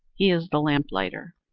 is the lamplighter.